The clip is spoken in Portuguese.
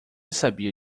sabia